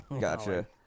Gotcha